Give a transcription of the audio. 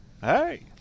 Hey